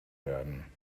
werden